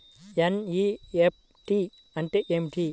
NEFT అంటే ఏమిటీ?